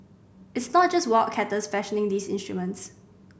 it's not just wildcatters fashioning these instruments